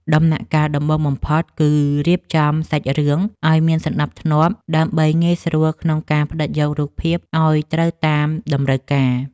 ដំណាក់កាលដំបូងបំផុតគឺរៀបចំសាច់រឿងឱ្យមានសណ្ដាប់ធ្នាប់ដើម្បីងាយស្រួលក្នុងការផ្ដិតយករូបភាពឱ្យត្រូវតាមតម្រូវការ។